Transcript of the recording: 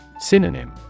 Synonym